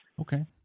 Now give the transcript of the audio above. Okay